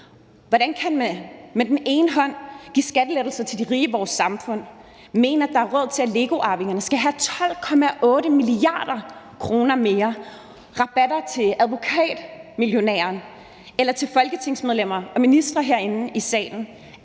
Hvordan kan man give skattelettelser til de rige i vores samfund og mene, at der er råd til, at LEGO-arvingerne skal have 12,8 mia. kr. mere, og give rabatter til advokatmillionæren, til folketingsmedlemmer og ministre herinde i salen,